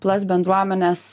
plas bendruomenės